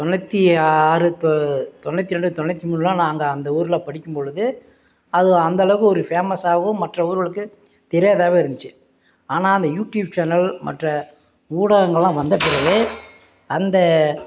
தொண்ணூற்றி ஆறு தொ தொண்ணூற்றி ரெண்டு தொண்ணூற்றி மூணுலாம் நான் அங்கே அந்த ஊர்ல படிக்கும்பொழுது அது அந்தளவுக்கு ஒரு ஃபேமஸாகவும் மற்ற ஊர்களுக்கு தெரியாதாகவே இருந்திச்சு ஆனால் அந்த யூடியூப் சேனல் மற்ற ஊடகங்கள்லாம் வந்த பிறகு அந்த